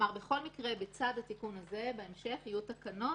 בצד התיקון הזה יהיו תקנות